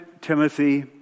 Timothy